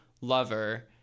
lover